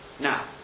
Now